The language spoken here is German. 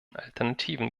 alternativen